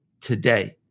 today